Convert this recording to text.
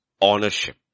ownership